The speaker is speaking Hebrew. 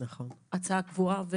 הצעה קבועה.